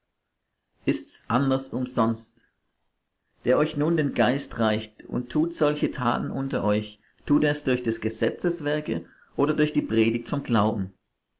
ist's anders umsonst der euch nun den geist reicht und tut solche taten unter euch tut er's durch des gesetzes werke oder durch die predigt vom glauben